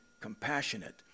compassionate